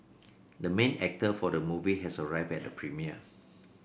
the main actor for the movie has arrived at the premiere